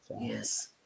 Yes